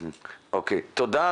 תודה.